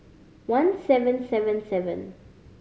one seven seven seven